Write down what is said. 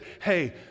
hey